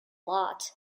plot